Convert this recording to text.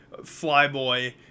flyboy